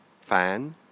fan